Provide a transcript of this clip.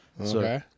Okay